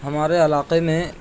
ہمارے علاقے میں